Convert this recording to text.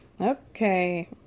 Okay